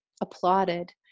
applauded